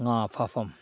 ꯉꯥ ꯐꯥꯐꯝ